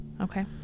Okay